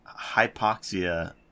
Hypoxia